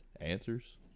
Answers